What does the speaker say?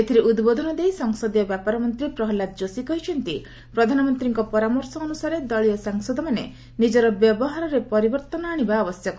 ଏଥିରେ ଉଦ୍ବୋଧନ ଦେଇ ସଂସଦୀୟ ବ୍ୟାପାର ମନ୍ତ୍ରୀ ପ୍ରହ୍ଲାଦ କୋଷୀ କହିଛନ୍ତି ଯେ ପ୍ରଧାନମନ୍ତ୍ରୀଙ୍କ ପରାମର୍ଶ ଅନୁସାରେ ଦଳୀୟ ସାଂସଦମାନେ ନିଜର ବ୍ୟବହାରରେ ପରିବର୍ତ୍ତନ ଆଣିବା ଆବଶ୍ୟକ